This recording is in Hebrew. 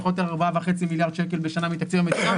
פחות או יותר ארבעה וחצי מיליארד שקל בשנה מתקציב המדינה.